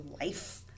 life